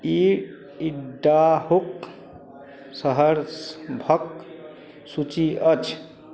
ई इडाहुक शहर सभक सूची अछि